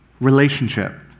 relationship